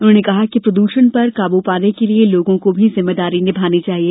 उन्होंने कहा कि प्रदृषण पर काबु पाने के लिए लोगों को भी जिम्मेदारी निभानी चाहिए